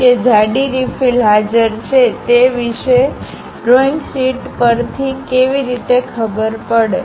કે જાડી રિફિલ હાજર છેતે વિશે ડ્રોઇંગ શીટ પરથી કેવી રીતે ખબર પડે